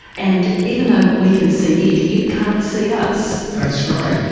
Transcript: and even though we can see it, it can't see us. that's right,